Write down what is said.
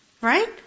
Right